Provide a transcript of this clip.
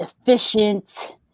efficient